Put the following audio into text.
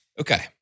Okay